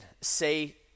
say